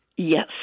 Yes